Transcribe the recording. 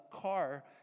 car